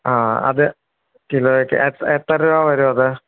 ആ അത് കിലോയ്ക്ക് എത്ര രൂപ വരുമത്